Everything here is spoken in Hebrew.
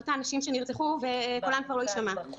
לזכר אותן נשים שנרצחו וקולן כבר לא יישמע.